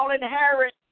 inherit